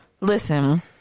Listen